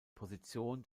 position